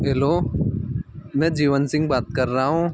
hello मैं जीवन सिंह बात कर रहा हूँ